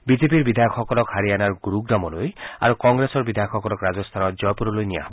বিজেপিৰ বিধায়কসকলক হাৰিয়ানাৰ গুৰুগ্ৰামলৈ আৰু কংগ্ৰেছৰ বিধায়কসকলক ৰাজস্থানৰ জয়পুৰলৈ নিয়া হৈছে